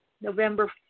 November